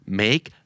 make